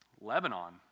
Lebanon